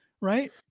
Right